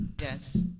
Yes